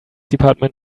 department